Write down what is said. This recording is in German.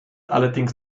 allerdings